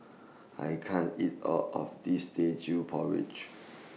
I can't eat All of This Teochew Porridge